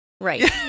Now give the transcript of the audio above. Right